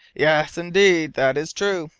yes, indeed, that is true,